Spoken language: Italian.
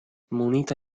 munita